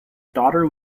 daughter